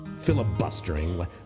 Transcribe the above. Filibustering